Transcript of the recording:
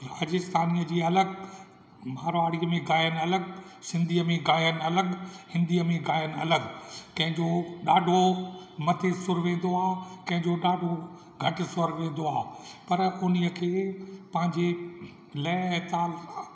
राजस्थान जी अलॻि मारवाड़ीअ में गायनि अलॻि सिंधीअ में गायनि अलॻि हिंदीअ में गायनि अलॻि कंहिंजो ॾाढो मथे सुरु वेंदो आहे कंहिंजो ॾाढो घटि स्वर वेंदो आहे पर उन्हीअ खे पंहिंजे लय ऐं ताल खां